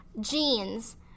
jeans